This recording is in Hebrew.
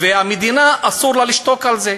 והמדינה אסור לה לשקוט על זה.